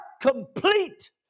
complete